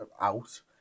out